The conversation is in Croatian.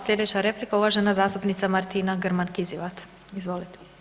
Slijedeća replika, uvažena zastupnica Martina Grman Kizivat, izvolite.